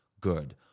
good